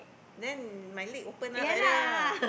then my leg open up like that lah